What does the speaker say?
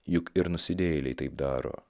juk ir nusidėjėliai taip daro